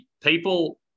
people